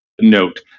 note